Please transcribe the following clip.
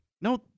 No